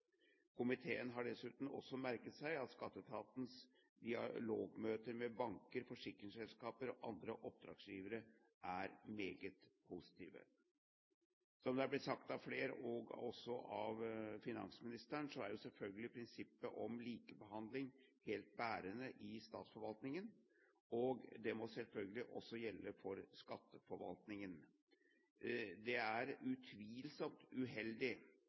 Komiteen har dessuten merket seg at skatteetatens dialogmøter med banker, forsikringsselskaper og andre oppgavegivere er meget positive. Som det er blitt sagt av flere – også av finansministeren – er prinsippet om likebehandling helt bærende i statsforvaltningen, og det må selvfølgelig også gjelde for skatteforvaltningen. Det er utvilsomt uheldig,